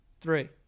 Three